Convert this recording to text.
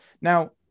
Now